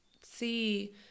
see